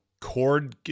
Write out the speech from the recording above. Cord